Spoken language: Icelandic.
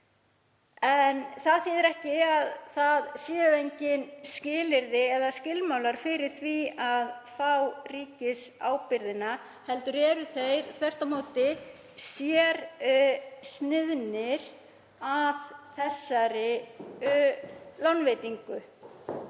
En það þýðir ekki að engin skilyrði eða skilmálar séu fyrir því að fá ríkisábyrgð heldur eru þeir þvert á móti sérsniðnir að þessari lánveitingu.